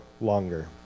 longer